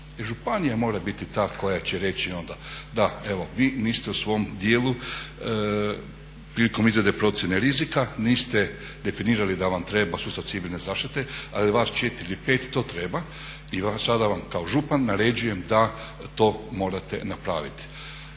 Županija mora biti ta koja će reći onda, da evo vi niste u svom dijelu prilikom izrade procjene rizika niste definirali da vam treba sustav civilne zaštite ali vas četiri ili pet to treba. I sada vam kao župan naređujem da to morate napraviti.